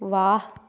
वाह